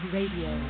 Radio